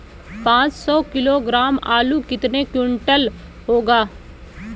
पाँच सौ किलोग्राम आलू कितने क्विंटल होगा?